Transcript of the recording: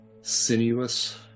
sinuous